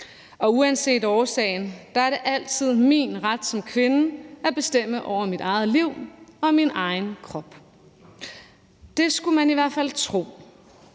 Og uanset årsagen er det altid min ret som kvinde at bestemme over mit eget liv og min egen krop. Det skulle man i hvert fald tro.